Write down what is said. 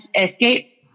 escape